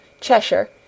Cheshire